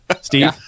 Steve